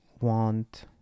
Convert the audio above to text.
want